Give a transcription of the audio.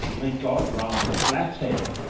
may god, rather, bless him!